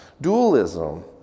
Dualism